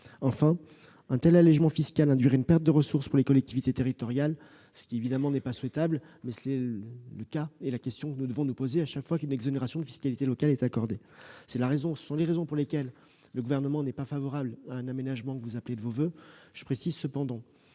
Enfin, un tel allégement fiscal induirait une perte de ressources pour les collectivités territoriales, ce qui n'est évidemment pas souhaitable. C'est la question que nous devons nous poser chaque fois qu'une exonération de fiscalité locale est accordée. Pour toutes ces raisons, le Gouvernement n'est pas favorable à l'aménagement que vous appelez de vos voeux. Je précise cependant